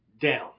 down